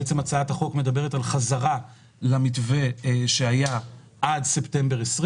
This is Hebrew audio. הצעת החוק מדברת על חזרה למתווה שהיה עד ספטמבר 2020